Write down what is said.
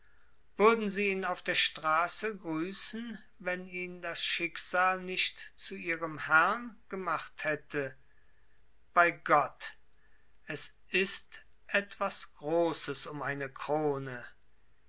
würden sie ihn auf der straße grüßen wenn ihn das schicksal nicht zu ihrem herrn gemacht hätte bei gott es ist etwas großes um eine krone